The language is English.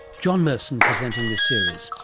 john merson presenting this series.